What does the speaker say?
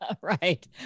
right